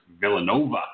Villanova